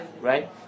Right